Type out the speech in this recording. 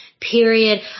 Period